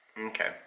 Okay